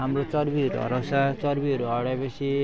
हाम्रो चर्बीहरू हराउँछ चर्बीहरू हराए पछि